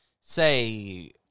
say